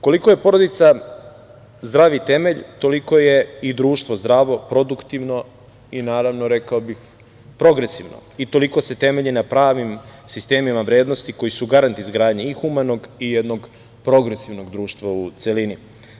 Koliko je porodica zdravi temelj, toliko je i društvo zdravo, produktivno i, rekao bih, progresivno i toliko se temelji na pravim sistemima vrednosti koji su garant izgradnje i humanog i jednog progresivnog društva u celini.